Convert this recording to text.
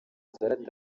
zari